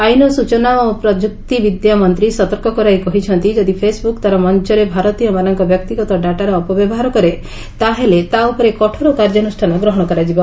ଆଇନ ଓ ସୂଚନା ଓ ପ୍ରଯୁକ୍ତି ବିଦ୍ୟା ମନ୍ତ୍ରୀ ସତର୍କ କରାଇ କହିଛନ୍ତି ଯଦି ଫେସ୍ବୁକ୍ ତା'ର ମଞ୍ଚରେ ଭାରତୀୟମାନଙ୍କ ବ୍ୟକ୍ତିଗତ ଡାଟାର ଅପବ୍ୟବହାର କରେ ତାହେଲେ ତା' ଉପରେ କଠୋର କାର୍ଯ୍ୟାନ୍ରଷାନ ଗ୍ରହଣ କରାଯିବ